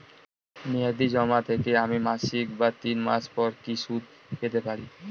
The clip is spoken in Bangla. মেয়াদী জমা থেকে আমি মাসিক বা তিন মাস পর কি সুদ পেতে পারি?